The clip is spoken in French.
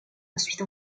ensuite